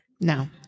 No